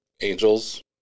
angels